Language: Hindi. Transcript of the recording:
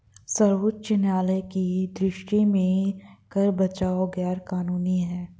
सर्वोच्च न्यायालय की दृष्टि में कर बचाव गैर कानूनी है